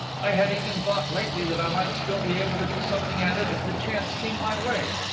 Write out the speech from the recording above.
i have even thought lately that i might still be able to do something at it if the chance came my way.